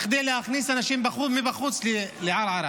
בכדי להכניס אנשים מבחוץ לערערה